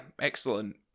Excellent